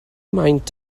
maint